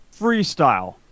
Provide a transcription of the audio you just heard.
Freestyle